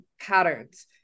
patterns